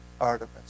Artemis